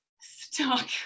stuck